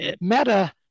meta